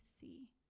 see